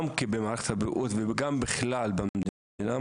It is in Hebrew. גם מערכת הבריאות וגם בכלל במדינה,